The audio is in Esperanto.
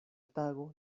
tago